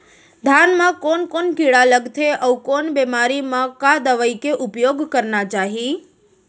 धान म कोन कोन कीड़ा लगथे अऊ कोन बेमारी म का दवई के उपयोग करना चाही?